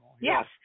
Yes